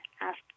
asked